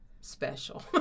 special